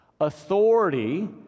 Authority